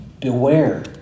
Beware